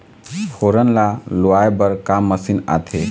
फोरन ला लुआय बर का मशीन आथे?